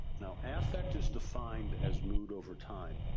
now, affect is defined as mood over time.